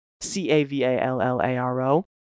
C-A-V-A-L-L-A-R-O